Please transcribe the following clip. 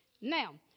Now